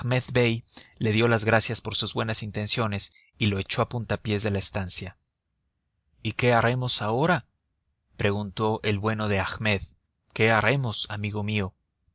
le dio las gracias por sus buenas intenciones y lo echó a puntapiés de la estancia y qué haremos ahora preguntó el bueno de ayvaz qué haremos amigo mío